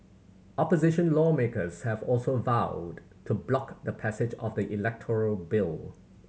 opposition lawmakers have also vowed to block the passage of the electoral bill